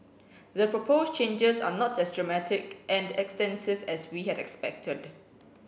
the proposed changes are not as dramatic and extensive as we had expected